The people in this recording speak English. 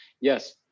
Yes